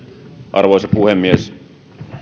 arvoisa puhemies